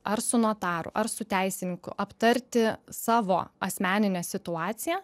ar su notaru ar su teisininku aptarti savo asmeninę situaciją